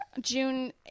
June